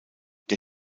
der